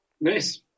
nice